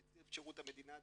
נציב שירות המדינה דאז,